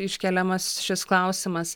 iškeliamas šis klausimas